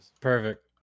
perfect